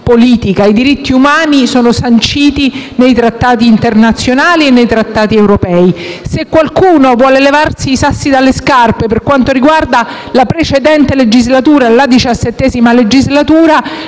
politica, sono sanciti nei Trattati internazionali e nei Trattati europei. Se qualcuno vuole levarsi i sassolini dalle scarpe per quanto riguarda la precedente legislatura, ossia la XVII legislatura,